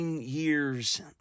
years